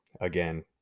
again